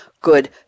good